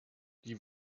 die